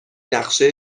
نقشه